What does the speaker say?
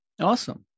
Awesome